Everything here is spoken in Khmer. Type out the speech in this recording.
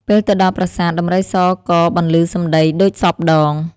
ពេលទៅដល់ប្រាសាទ ដំរីសក៏បន្លឺសម្តីដូចសព្វដង ។